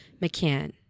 McCann